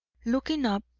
looking up,